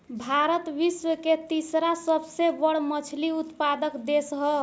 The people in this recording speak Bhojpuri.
भारत विश्व के तीसरा सबसे बड़ मछली उत्पादक देश ह